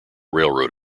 railroad